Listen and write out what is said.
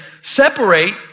separate